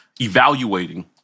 evaluating